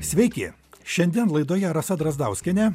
sveiki šiandien laidoje rasa drazdauskienė